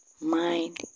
Mind